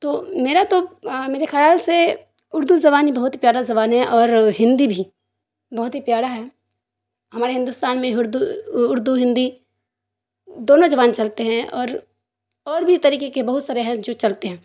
تو میرا تو میرے خیال سے اردو زبان بھی بہت پیارا زبان ہے اور ہندی بھی بہت ہی پیارا ہے ہمارے ہندوستان میں اردو اردو ہندی دونوں زبان چلتے ہیں اور اور بھی طریقے کے بہت سارے ہیں جو چلتے ہیں